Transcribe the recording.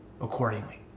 accordingly